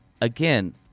again